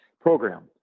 program